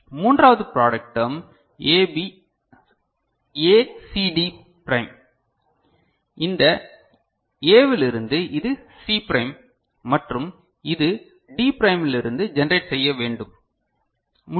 மூன்றாவது product term ACD prime இதை A இலிருந்து இது சி பிரைம் மற்றும் இது டி பிரைமில் இருந்து ஜெனரேட் செய்ய முடியும்